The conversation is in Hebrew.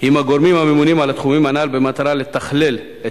עם הגורמים הממונים על התחומים הנ"ל במטרה לתכלל את